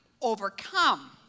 overcome